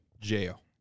jail